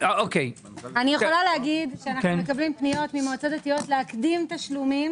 אנחנו מקבלים פניות ממועצות דתיות להקדים תשלומים